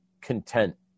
content